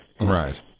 Right